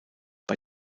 bei